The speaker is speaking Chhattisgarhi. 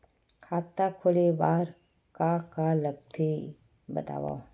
खाता खोले बार का का लगथे बतावव?